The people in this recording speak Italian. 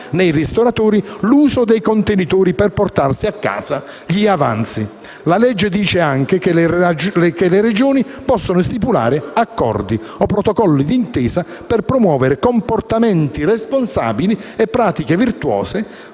nei ristoranti l'uso di contenitori per portarsi a casa gli avanzi. La legge dice anche che le Regioni possono stipulare accordi o protocolli d'intesa per promuovere comportamenti responsabili e pratiche virtuose